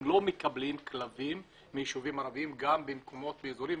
הם לא מקבלים כלבים מישובים ערביים גם במקומות ואזורים,